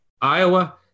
Iowa